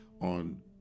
on